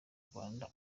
rwanda